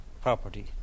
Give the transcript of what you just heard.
property